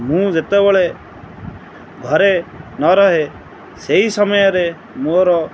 ମୁଁ ଯେତେବେଳେ ଘରେ ନ ରହେ ସେହି ସମୟରେ ମୋର